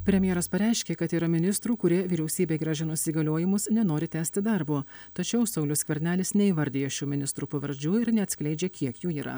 premjeras pareiškė kad yra ministrų kurie vyriausybei grąžinus įgaliojimus nenori tęsti darbo tačiau saulius skvernelis neįvardija šių ministrų pavardžių ir neatskleidžia kiek jų yra